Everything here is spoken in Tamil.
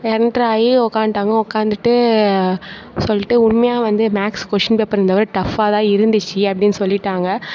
என்ட்ராகி உக்காந்ட்டாங்க உக்காந்துட்டு சொல்லிட்டு உண்மையாக வந்து மேக்ஸ் கொஷின் பேப்பர் இந்தவாட்டி டஃபாகதான் இருந்துச்சு அப்படின்னு சொல்லிவிட்டாங்க